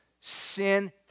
sin